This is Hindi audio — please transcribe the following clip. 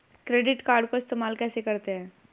क्रेडिट कार्ड को इस्तेमाल कैसे करते हैं?